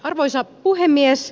arvoisa puhemies